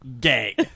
Gay